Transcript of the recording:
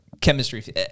chemistry